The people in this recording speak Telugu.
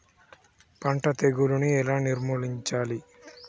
పంట తెగులుని ఎలా నిర్మూలించాలి?